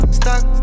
stuck